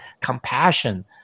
compassion